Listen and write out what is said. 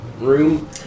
room